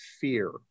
fear